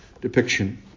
depiction